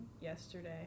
yesterday